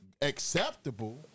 acceptable